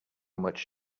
much